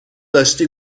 داشتی